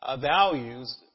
values